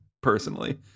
personally